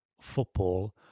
football